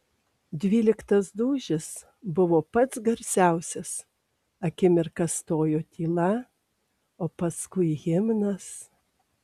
dvyliktas dūžis buvo pats garsiausias akimirką stojo tyla o paskui himnas